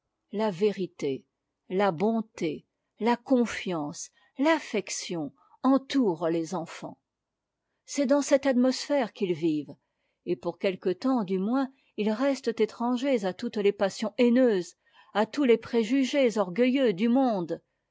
la vérité la bonté la confiance l'affection entourent les enfants c'est dans cette atmosphère qu'ils vivent et pour quelque temps du moins ils restent étrangers à toutes les passions haineuses à tous les préjugés orgueilleux du monde